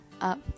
up